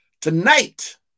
Tonight